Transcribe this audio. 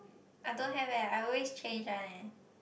I don't have leh I always change one leh